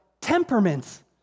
temperaments